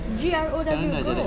G R O W grow